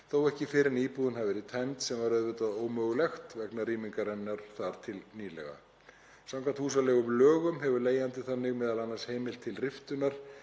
þó ekki fyrr en íbúðin hafi verið tæmd sem var auðvitað ómögulegt vegna rýmingarinnar þar til nýlega. Samkvæmt húsaleigulögum hefur leigjandi þannig m.a. heimild til riftunar